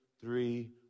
three